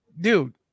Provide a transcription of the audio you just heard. dude